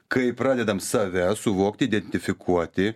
kai pradedam save suvokti identifikuoti